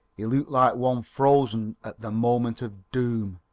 he looked like one frozen at the moment of doom,